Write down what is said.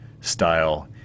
style